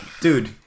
dude